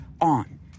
on